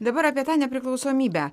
dabar apie tą nepriklausomybę